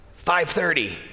5.30